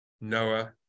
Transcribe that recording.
Noah